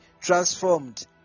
transformed